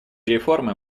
реформы